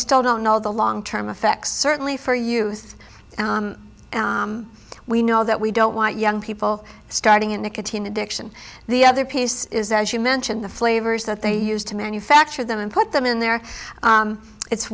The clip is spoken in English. still don't know the long term effects certainly for youth we know that we don't want young people starting in nicotine addiction the other piece is that as you mentioned the flavors that they used to manufacture them and put them in there it's